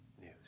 news